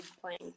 playing